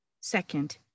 Second